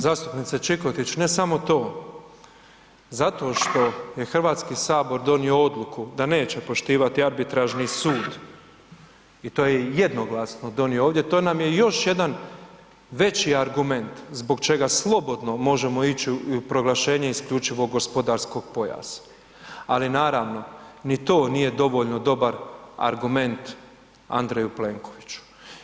Zastupnice Čikotić ne samo to, zašto što je Hrvatski sabor donio odluku da neće poštivati arbitražni sud i to je jednoglasno donio ovdje to nam je još jedan veći argument zbog čega slobodno možemo ići u proglašenje isključivog gospodarskog pojasa, ali naravno ni to nije dovoljno dobar argument Andreju Plenkoviću.